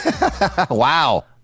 Wow